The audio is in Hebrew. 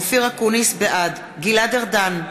בעד גלעד ארדן,